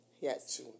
Yes